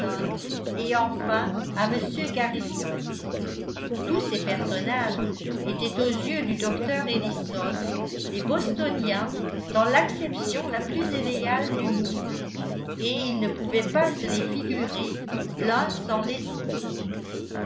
et enfin à m garrison tous ces personnages étaient aux yeux du docteur ellison des bostoniens dans l'acception la plus idéale du mot et il ne pouvait pas se les figurer l'un sans les autres